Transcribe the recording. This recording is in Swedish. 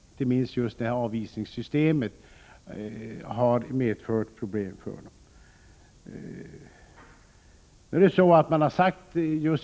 Inte minst avisningssystemet har medfört problem.